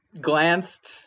glanced